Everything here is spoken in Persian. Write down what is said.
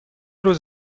روز